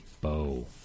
bow